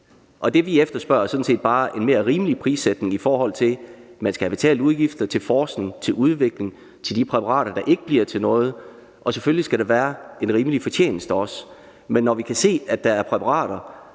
Og det, vi efterspørger, er sådan set bare en mere rimelig prissætning, i forhold til at man skal have betalt udgifter til forskning og udvikling – også for de præparater, der ikke bliver til noget – og selvfølgelig skal der også være en rimelig fortjeneste. Men når vi kan se, at der er præparater,